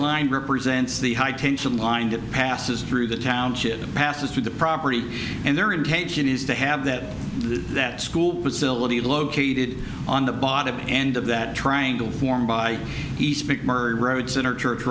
line represents the high tension line that passes through the township passes through the property and their intention is to have that that school facility located on the bottom end of that triangle formed by east big merger roads that are church